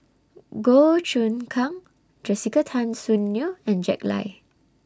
Goh Choon Kang Jessica Tan Soon Neo and Jack Lai